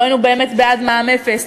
"לא היינו באמת בעד מע"מ אפס",